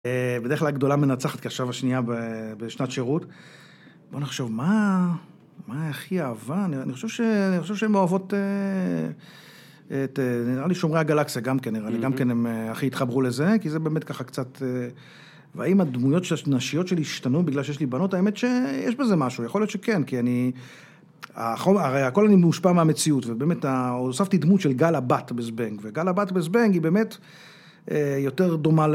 בדרך כלל הגדולה מנצחת כי עכשיו השנייה בשנת שירות. בוא נחשוב, מה... מה הכי אהבה? אני חושב שהן אוהבות... את... נראה לי שומרי הגלקסיה גם כן, נראה לי. גם כן הם הכי התחברו לזה, כי זה באמת ככה קצת... והאם הדמויות הנשיות שלי השתנו בגלל שיש לי בנות? האמת שיש בזה משהו, יכול להיות שכן, כי אני... הרי הכול אני מושפע מהמציאות, ובאמת הוספתי דמות של גל הבת בזבנג, וגל הבת בזבנג היא באמת יותר דומה ל...